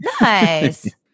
Nice